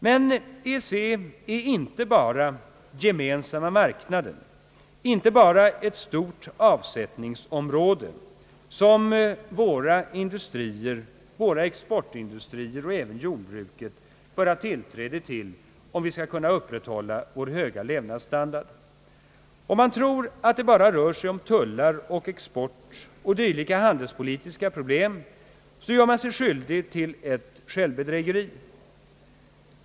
Men EEC är inte bara »gemensamma marknaden», inte bara ett stort av sättningsområde som våra exportindustrier och även jordbruket bör ha tillträde till om vi skall kunna upprätthålla vår höga levnadsstandard. Om man tror att det bara rör sig om tullar och export och dylika handelspolitiska problem så gör man sig skyldig till ett självbedrägeri.